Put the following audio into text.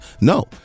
No